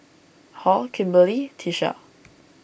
Hall Kimberley Tisha